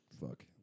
fuck